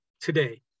today